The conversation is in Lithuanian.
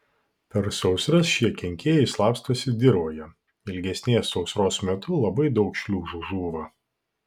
per sausras šie kenkėjai slapstosi dirvoje ilgesnės sausros metu labai daug šliužų žūva